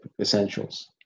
essentials